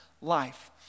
life